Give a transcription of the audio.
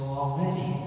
already